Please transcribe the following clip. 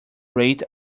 rate